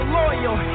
loyal